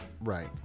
right